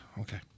Okay